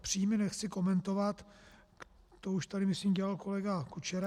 Příjmy nechci komentovat, to už tady, myslím, dělal kolega Kučera.